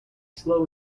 slow